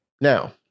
Now